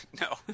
No